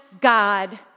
God